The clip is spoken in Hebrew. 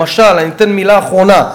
למשל, אומר מילה אחרונה: